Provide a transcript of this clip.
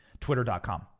twitter.com